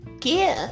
give